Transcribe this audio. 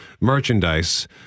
merchandise